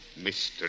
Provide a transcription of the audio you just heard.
Mr